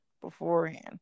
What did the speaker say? beforehand